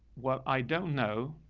what i don't know